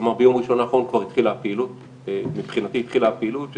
כלומר ביום ראשון האחרון מבחינתי התחילה הפעילות.